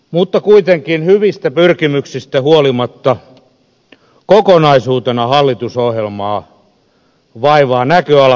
mutta kuitenkin hyvistä pyrkimyksistä huolimatta kokonaisuutena hallitusohjelmaa vaivaa näköalattomuus